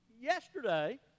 yesterday